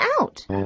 out